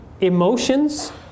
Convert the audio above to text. emotions